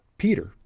Peter